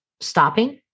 stopping